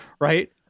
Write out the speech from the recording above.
Right